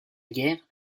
guerre